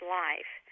life